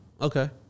Okay